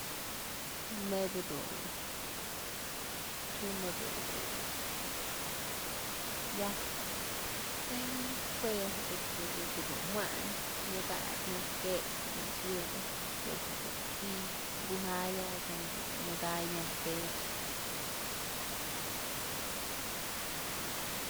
Nebyë dun, xi'im jedun yaj tëyën juë este ëch wayn nyak ajbyë nyaj kech pëch ëch yë koch dun ti'i kujayayn tyam jedun ñyak jay nyaj kech.